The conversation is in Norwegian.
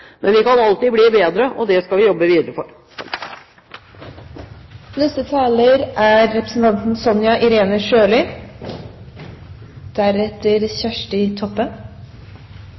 men vi kan alltid bli bedre, og det skal vi jobbe videre for.